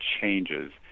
changes